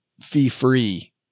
fee-free